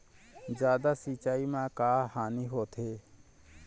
जादा सिचाई म का हानी होथे?